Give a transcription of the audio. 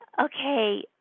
Okay